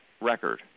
record